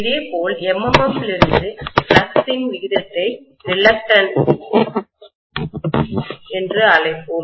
இதேபோல் MMFலிருந்து ஃப்ளக்ஸ்இன் விகிதத்தை ரிலக்டன்ஸ் தயக்கம் என்று அழைப்போம்